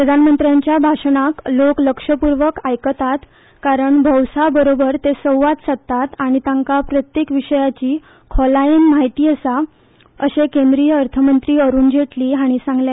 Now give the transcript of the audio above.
प्रधानमंत्र्यांच्या भाशणाक लोक लक्षपूर्वक आयकतात कारण भौसा बरोबर ते संवाद सादतात आनी तांका प्रत्येक विशयाची खोलायेन म्हायती आसता अशें केंद्रीय अर्थ मंत्री अरूण जेटली हाणी सांगले